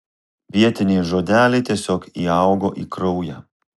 vietiniai žodeliai tiesiog įaugo į kraują